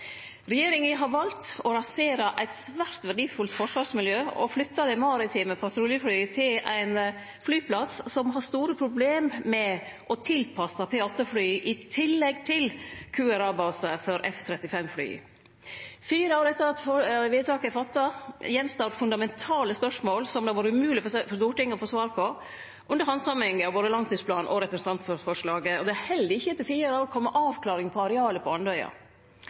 Regjeringa har valt å rasere eit svært verdifullt forsvarsmiljø og flytte dei maritime patruljeflya til ein flyplass som har store problem med å tilpasse P8-fly i tillegg til QRA-base for F-35-fly. Fire år etter at vedtaket er fatta, står det att fundamentale spørsmål som det har vore umogleg for Stortinget å få svar på under handsaminga av både langtidsplanen og representantforslaget. Det held ikkje etter fire år å kome med ei avklaring på arealet på Andøya.